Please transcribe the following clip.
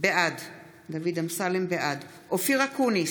בעד אופיר אקוניס,